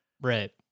Right